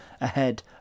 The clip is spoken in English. ahead